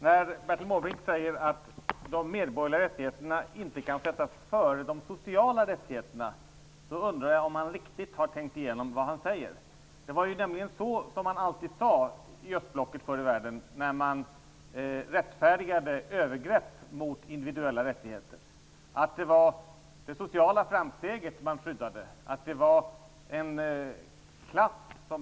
När Bertil Måbrink säger att de mänskliga rättigheterna inte kan sättas före de sociala undrar jag om han riktigt har tänkt igenom vad han säger. Det var nämligen så som man förr i världen alltid sade i östblocket när man ville rättfärdiga övergrepp mot individuella rättigheter. Man ville skydda det sociala framsteget, och man ville främja en klass.